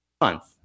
month